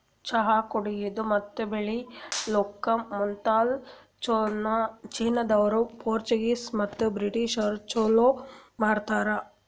ಚಹಾ ಕುಡೆದು ಮತ್ತ ಬೆಳಿಲುಕ್ ಮದುಲ್ ಚೀನಾದೋರು, ಪೋರ್ಚುಗೀಸ್ ಮತ್ತ ಬ್ರಿಟಿಷದೂರು ಚಾಲೂ ಮಾಡ್ಯಾರ್